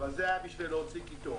אבל זה היה בשביל להוציא קיטור.